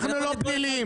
אנחנו לא פליליים,